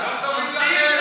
לא טובים לכם?